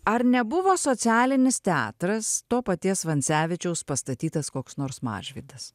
ar nebuvo socialinis teatras to paties vancevičiaus pastatytas koks nors mažvydas